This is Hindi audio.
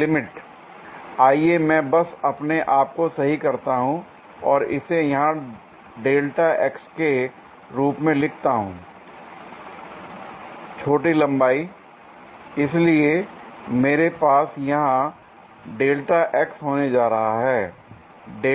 लिमिट आइए मैं बस अपने आप को सही करता हूं और इसे यहां के रूप में लिखता हूं छोटी लंबाईl इसलिए मेरे पास यहां होने जा रहा है